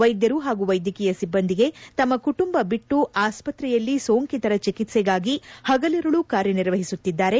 ವೈದ್ಯರು ಹಾಗೂ ವೈದ್ಯಕೀಯ ಸಿಬ್ಬಂದಿಗೆ ತಮ್ಮ ಕುಟುಂಬ ಬಿಟ್ಟು ಆಸ್ಪತ್ರೆಯಲ್ಲಿ ಸೋಂಕಿತರ ಚಿಕಿತ್ಸೆಗಾಗಿ ಪಗಲಿರುಳು ಕಾರ್ಯನಿರ್ವಒಿಸುತ್ತಿದ್ದಾರೆ